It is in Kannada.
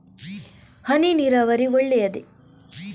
ಹನಿ ನೀರಾವರಿ ಒಳ್ಳೆಯದೇ?